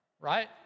right